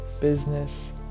business